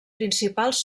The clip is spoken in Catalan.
principals